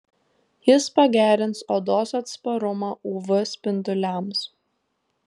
jis pagerins odos atsparumą uv spinduliams